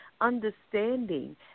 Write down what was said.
understanding